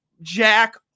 Jack